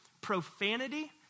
profanity